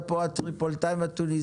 הנתונים?